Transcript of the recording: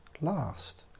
last